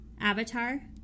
avatar